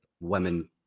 women